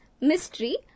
mystery